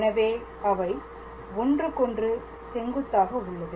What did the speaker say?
எனவே அவை ஒன்றுக்கொன்று செங்குத்தாக உள்ளது